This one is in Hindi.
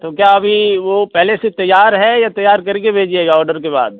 तो क्या अभी वो पहले से तैयार है या तैयार करके भेजिएगा ऑर्डर के बाद